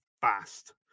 fast